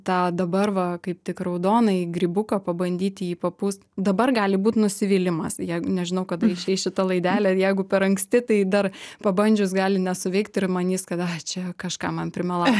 tą dabar va kaip tik raudonąjį grybuką pabandyti jį papūst dabar gali būt nusivylimas jeigu nežinau kada išeis šita laidelė jeigu per anksti tai dar pabandžius gali nesuveikt ir manys kad čia kažką man primelavo